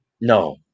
No